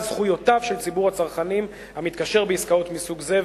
זכויותיו של ציבור הצרכנים המתקשר בעסקאות מסוג זה,